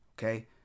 Okay